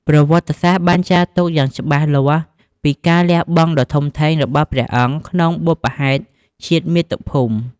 ប្រវត្តិសាស្ត្របានចារទុកយ៉ាងច្បាស់លាស់ពីការលះបង់ដ៏ធំធេងរបស់ព្រះអង្គក្នុងបុព្វហេតុជាតិមាតុភូមិ។